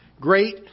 Great